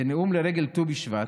בנאום לרגל ט"ו בשבט,